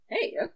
hey